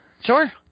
Sure